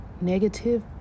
negative